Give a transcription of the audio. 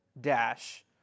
dash